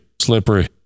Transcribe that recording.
Slippery